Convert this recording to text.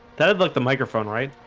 that'd like the microphone right?